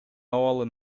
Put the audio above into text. абалы